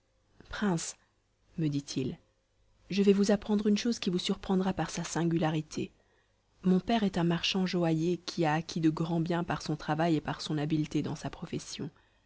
prince me dit-il je vais vous apprendre une chose qui vous surprendra par sa singularité mon père est un marchand joaillier qui a acquis de grands biens par son travail et par son habileté dans sa profession